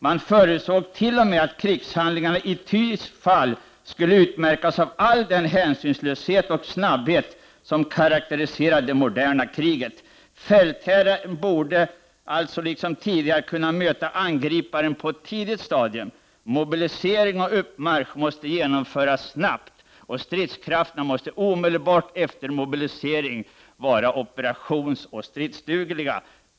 Man förutsåg t.o.m. att krigshandlingarna i ty fall skulle utmärkas av all den hänsynslöshet och snabbhet som karaktäriserade det moderna kriget. Fältherren borde alltså liksom tidigare kunna möta angriparen på ett tidigt stadium. Mobilisering och uppmarsch måste genomföras snabbt och stridskrafterna måste omedelbart efter mobilisering vara operationsoch stridsdugliga.